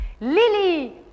Lily